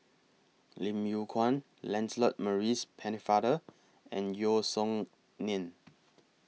Lim Yew Kuan Lancelot Maurice Pennefather and Yeo Song Nian